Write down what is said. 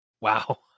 wow